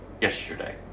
yesterday